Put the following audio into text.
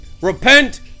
repent